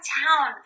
town